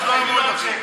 תשובה והצבעה במועד אחר.